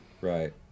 Right